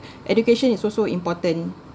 education is also important